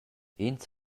ins